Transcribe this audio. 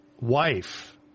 wife